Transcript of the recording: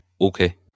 Okay